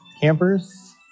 campers